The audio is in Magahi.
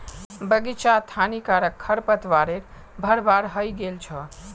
बग़ीचात हानिकारक खरपतवारेर भरमार हइ गेल छ